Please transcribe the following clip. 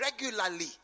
regularly